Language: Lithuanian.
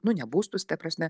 nu ne būstus ta prasme